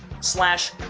slash